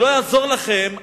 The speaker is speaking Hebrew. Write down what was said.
זה לא יעזור לכם,